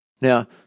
Now